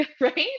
right